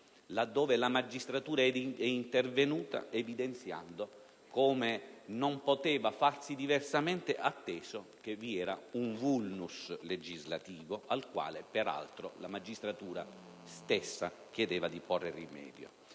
laddove questa è intervenuta evidenziando che non poteva farsi diversamente, atteso che vi era un *vulnus* legislativo, al quale peraltro la magistratura stessa chiedeva di porre rimedio.